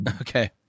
Okay